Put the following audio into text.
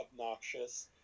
obnoxious